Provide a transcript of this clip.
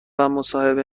مصاحبه